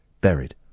buried